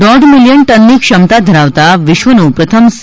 દોઢ મિલિયન ટનની ક્ષમતા ધરાવતા વિશ્વનું પ્રથમ સી